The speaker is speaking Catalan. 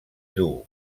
duu